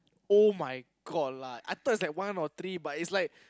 [oh]-my-god lah I thought is like one or three but it's like